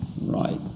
Right